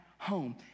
Home